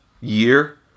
year